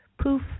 poof